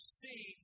see